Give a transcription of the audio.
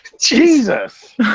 Jesus